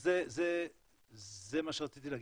זה מה שרציתי להגיד,